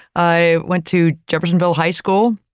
i went to jeffersonville high school.